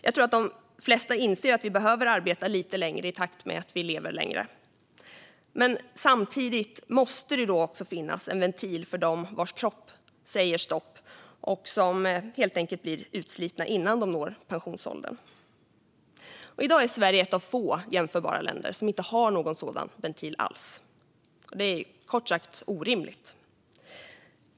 Jag tror att de flesta inser att vi behöver arbeta lite längre i takt med att vi lever längre, men då måste det samtidigt finnas en ventil för dem vars kropp säger stopp och som blir utslitna innan de når pensionsåldern. I dag är Sverige ett av få jämförbara länder som inte har någon sådan ventil. Det är kort sagt orimligt.